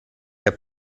der